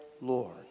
Lord